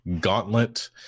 gauntlet